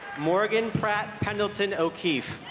morgan pratt pendleton o'keefe